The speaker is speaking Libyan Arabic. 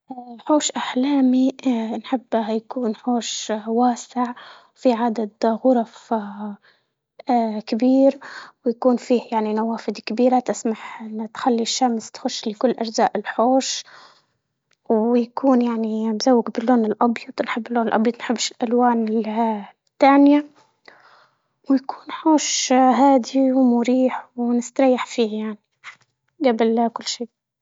اه حوش أحلامي اه نحبها يكون حوش واسع وفي عدد غرف اه اه كبير، ويكون فيه يعني نوافذ كبيرة تسمح انه تخلي الشمس تخش لكل أجزاء الحوش ويكون يعني مروق باللون الأبيض، بنحب اللون الأبيض بنحبش الألوان التانية ويكون خوف هادي ومريح ونستريح فيه يعني قبل لا كل شي.